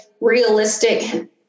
realistic